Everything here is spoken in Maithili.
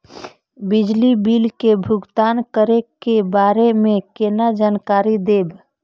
बिजली बिल के भुगतान करै के बारे में केना जानकारी देब?